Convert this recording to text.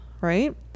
right